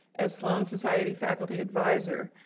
as sloane society faculty advisor,